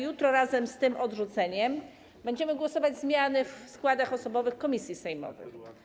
Jutro razem z tym odrzuceniem będziemy głosować nad zmianami w składach osobowych komisji sejmowych.